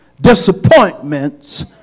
disappointments